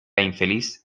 infeliz